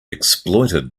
exploited